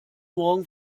morgen